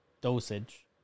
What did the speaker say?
dosage